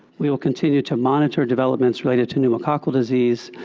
we will continue to monitor developments related to pneumococcal disease,